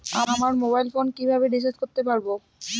আমার mobile phone কিভাবে recharge করতে পারব?